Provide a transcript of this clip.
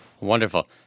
Wonderful